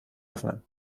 öffnen